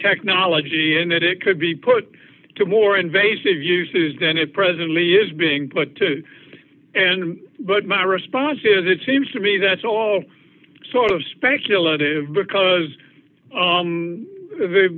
technology and that it could be put to more invasive uses then it presently is being put to an end but my response is it seems to me that's all sort of speculative because